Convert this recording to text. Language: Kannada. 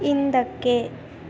ಹಿಂದಕ್ಕೆ